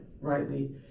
rightly